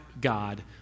God